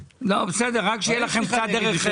לא, בסדר, רק שיהיה לכם קצת דרך ארץ.